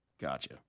Gotcha